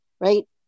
right